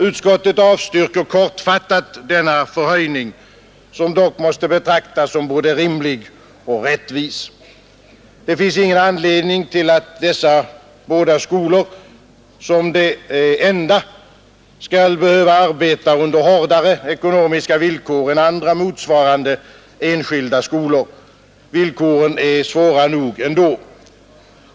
Utskottet avstyrker kortfattat denna förhöjning, som dock måste betraktas som både rimlig och rättvis. Det finns ingen anledning till att dessa båda skolor som de enda skall behöva arbeta under hårdare ekonomiska villkor än andra motsvarande enskilda skolor. Villkoren är svåra nog ändå.